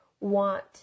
want